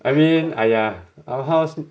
I mean !aiya! our house